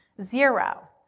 zero